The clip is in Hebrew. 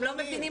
אתם לא מבינים?